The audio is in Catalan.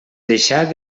deixar